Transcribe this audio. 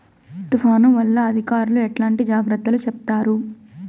తుఫాను వల్ల అధికారులు ఎట్లాంటి జాగ్రత్తలు చెప్తారు?